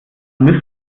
müssen